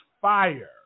fire